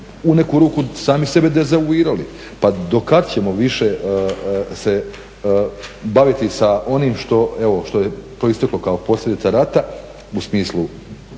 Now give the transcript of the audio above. u neku ruku sami sebe dezavuirali. Pa do kad ćemo više se baviti sa onim što, evo što je proisteklo kao posljedica rata u smislu